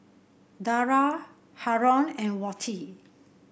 Dara Haron and Wati